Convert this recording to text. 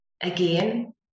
Again